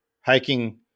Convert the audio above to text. hiking